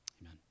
Amen